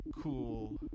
cool